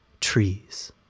Trees